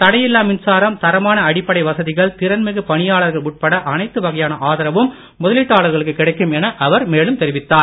தடையில்லா மின்சாரம் தரமான அடிப்படை வசதிகள் திறன்மிகு பணியாளர்கள் உட்பட அனைத்து வகையான ஆதரவும் முதலீட்டாளர்களுக்கு கிடைக்கும் என அவர் தெரிவித்தார்